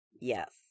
Yes